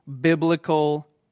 biblical